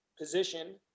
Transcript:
position